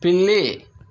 పిల్లి